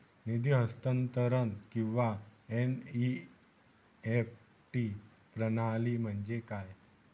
निधी हस्तांतरण किंवा एन.ई.एफ.टी प्रणाली म्हणजे काय?